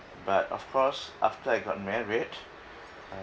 but of course after I got married uh